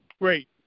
great